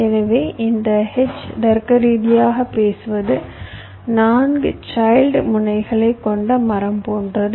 எனவே இந்த H தர்க்கரீதியாக பேசுவது 4 சைல்ட் முனைகளைக் கொண்ட மரம் போன்றது